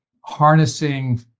harnessing